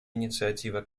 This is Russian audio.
инициатива